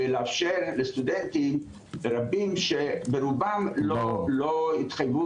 ולאפשר לסטודנטים רבים שברובם לא התחייבו